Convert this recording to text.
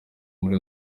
muri